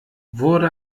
wurde